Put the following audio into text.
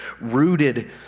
rooted